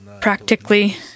practically